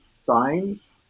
signs